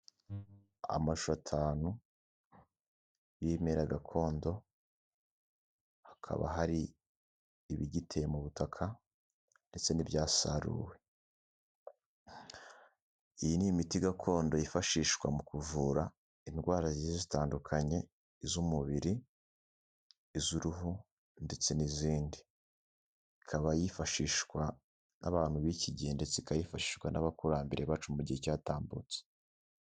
Amashu atanu y'ibimeragakondo hakaba hari ibigiteye mu butakaruwe ndetse n'ibyasaruwe, iyi ni imiti gakondo yifashishwa mu kuvura indwara zitandukanye iz'umubiri, iz'uruhu ndetse n'izindi, ikaba yifashishwa n'abantu b'iki gihe ndetse ikaba yifashishwa n'abakurambere bacu mu gihe cyatambutse.